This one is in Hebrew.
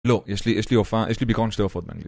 לא, יש לי, יש לי הופעה, יש לי בעיקרון שתי הופעות